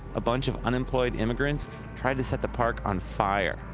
a bunch of unemployed immigrants tried to set the park on fire.